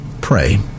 pray